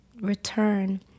return